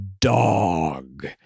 dog